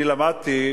אני למדתי,